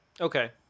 Okay